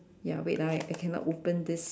ya wait ah I I cannot open this